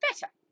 better